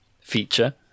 feature